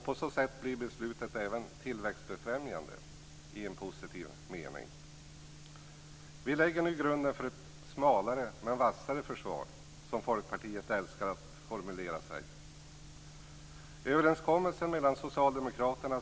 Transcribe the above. På så sätt blir beslutet även tillväxtfrämjande i positiv mening. Vi lägger nu grunden för ett smalare men vassare försvar, som Folkpartiet älskar att formulera sig.